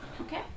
Okay